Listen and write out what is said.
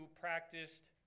practiced